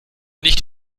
nicht